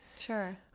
sure